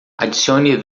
adicione